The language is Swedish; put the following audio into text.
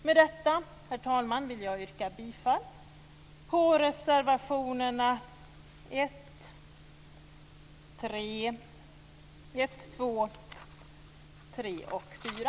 Med detta, herr talman, vill jag yrka bifall till reservationerna 1, 2, 3 och 4.